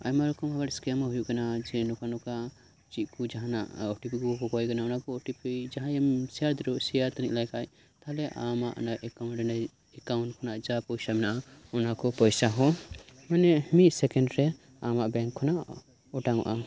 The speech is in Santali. ᱟᱭᱢᱟ ᱨᱚᱠᱚᱢ ᱦᱚᱲ ᱥᱠᱮᱢ ᱦᱳᱭᱳᱜ ᱠᱟᱱᱟ ᱡᱮ ᱱᱚᱝᱠᱟ ᱱᱚᱝᱠᱟ ᱪᱮᱫ ᱠᱚ ᱡᱟᱦᱟᱱᱟᱜ ᱳ ᱴᱤ ᱯᱤ ᱠᱚ ᱠᱚᱠᱚᱭ ᱠᱟᱱᱟ ᱚᱱᱟ ᱠᱚ ᱳ ᱴᱤ ᱯᱤ ᱡᱟᱦᱟᱸᱭᱮᱢ ᱥᱮᱭᱟᱨ ᱫᱟᱲᱮᱣᱟᱭ ᱥᱮᱭᱟᱨ ᱫᱟᱲᱮᱭᱟᱭ ᱞᱮᱠᱷᱟᱱ ᱛᱟᱦᱚᱞᱮ ᱟᱢᱟᱜ ᱮᱠᱟᱣᱩᱴ ᱨᱮᱱᱟᱜ ᱮᱠᱟᱣᱩᱴ ᱠᱷᱚᱱᱟᱜ ᱡᱟ ᱯᱚᱭᱥᱟ ᱢᱮᱱᱟᱜᱼᱟ ᱚᱱᱟ ᱠᱚ ᱯᱚᱭᱥᱟ ᱦᱚᱸ ᱢᱟᱱᱮ ᱢᱤᱜ ᱥᱮᱠᱮᱸᱰ ᱨᱮ ᱟᱢᱟᱜ ᱵᱮᱸᱠ ᱠᱷᱚᱱᱟᱜ ᱚᱴᱟᱝᱚᱜᱼᱟ